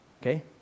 okay